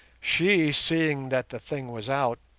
she, seeing that the thing was out,